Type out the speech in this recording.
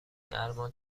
درمان